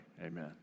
amen